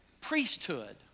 priesthood